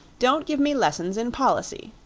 don't give me lessons in policy!